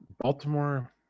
Baltimore